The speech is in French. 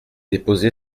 déposé